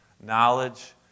knowledge